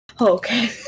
Okay